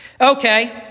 Okay